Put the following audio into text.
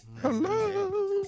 Hello